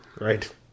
right